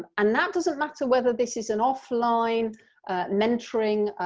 and that doesn't matter whether this is an offline mentoring